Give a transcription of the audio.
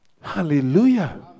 Hallelujah